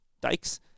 dikes